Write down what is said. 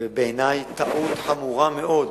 בעיני, זו טעות חמורה מאוד